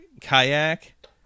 kayak